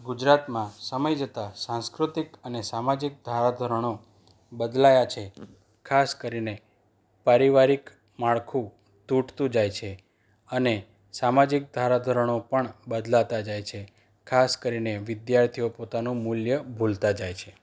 ગુજરાતમાં સમય જતાં સાંસ્કૃતિક અને સામાજિક ધારા ધોરણો બદલાયાં છે ખાસ કરીને પારિવારિક માળખું તૂટતું જાય છે અને સામાજિક ધારા ધોરણો પણ બદલાતાં જાય છે ખાસ કરીને વિધાર્થીઓ પોતાનું મૂલ્ય ભૂલતા જાય છે